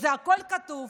זה הכול כתוב